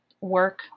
work